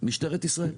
משטרת ישראל.